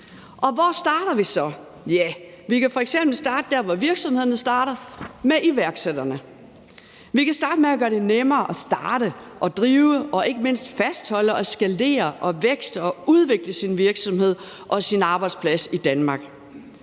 Hvor starter vi så? Vi kan f.eks. starte der, hvor virksomhedernes starter, nemlig med iværksætterne. Vi kan starte med at gøre det nemmere at starte og drive og ikke mindst fastholde og skalere og vækste og udvikle sin virksomhed og sin arbejdsplads i Danmark.